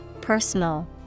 personal